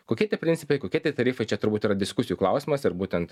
kokie tie principai kokie tie tarifai čia turbūt yra diskusijų klausimas ir būtent